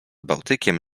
bałtykiem